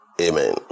Amen